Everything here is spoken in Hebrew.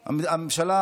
הממשלה: